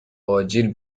آجیل